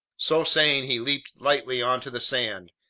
so saying, he leaped lightly onto the sand.